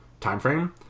timeframe